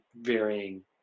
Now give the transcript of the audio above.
varying